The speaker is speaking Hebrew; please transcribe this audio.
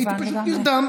אני הייתי פשוט נרדם.